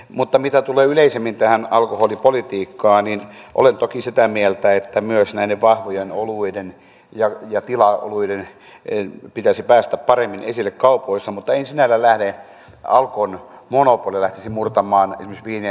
mutta mitä tulee yleisemmin tähän alkoholipolitiikkaan niin olen toki sitä mieltä että myös näiden vahvojen oluiden ja tilaoluiden pitäisi päästä paremmin esille kaupoissa mutta en sinällään alkon monopolia lähtisi murtamaan esimerkiksi viinien osalta